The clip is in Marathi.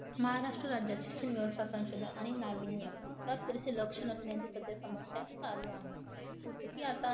महाराष्ट्र राज्यात शिक्षण व्यवस्था संशोधन आणि नाविन्य यात पुरेसे लक्ष नसण्याची सध्या समस्या चालू आहे जसं की आता